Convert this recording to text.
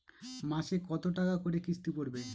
মাসে কত টাকা করে কিস্তি পড়বে?